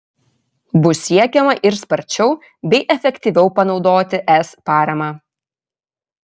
bus siekiama ir sparčiau bei efektyviau panaudoti es paramą